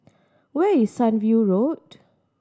where is Sunview Road